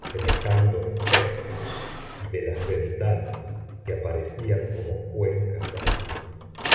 semejando espectros y de las ventanas que aparecían como cuencas vacías